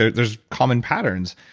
there's common patterns,